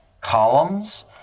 columns